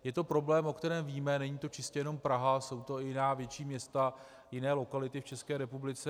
Je to problém, o kterém víme, není to čistě jenom Praha, jsou to i jiná větší města, jiné lokality v České republice.